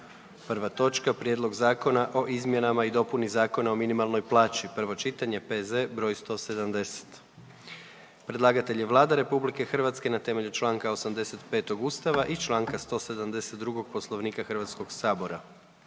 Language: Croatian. Prva točka, - Prijedlog zakona o izmjenama i dopuni Zakona o minimalnoj plaći, prvo čitanje, P.Z. br. 170. Predlagatelj je Vlada RH na temelju čl. 85. Ustava i čl. 172. Poslovnika HS-a.